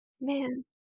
man